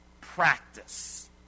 practice